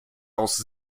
aus